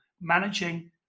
managing